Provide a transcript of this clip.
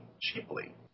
cheaply